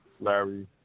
Larry